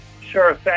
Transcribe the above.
Sure